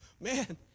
man